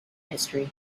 history